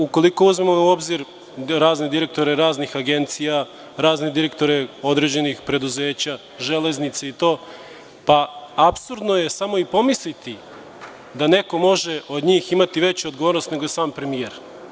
Ukoliko uzmemo u obzir razne direktore raznih agencija, razne direktore određenih preduzeća, železnice itd, pa apsurdno je samo i pomisliti da neko može od njih imati veću odgovornost nego sam premijer.